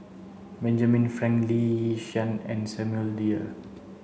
Benjamin Frank Lee Yi Shyan and Samuel Dyer